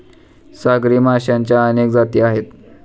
सागरी माशांच्या अनेक जाती आहेत